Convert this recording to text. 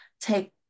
take